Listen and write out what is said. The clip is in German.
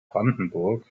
brandenburg